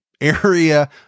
area